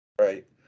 right